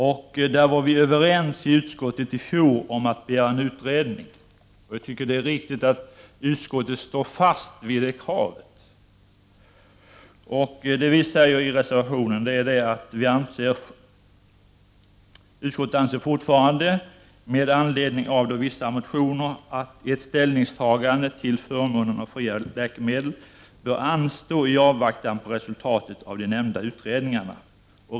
I fjol var vi överens om i utskottet att begära en utredning, och jag tycker att det är riktigt att stå fast vid det kravet. I reservationen framhåller utskottets socialdemokrater att vi fortfarande anser att ett ställningstagande till förmånen av fria läkemedel bör anstå i avvaktan på resultatet av utredningarna.